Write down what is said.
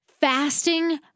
Fasting